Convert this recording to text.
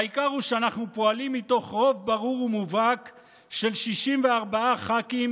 והעיקר הוא שאנחנו פועלים מתוך רוב ברור ומובהק של 64 ח"כים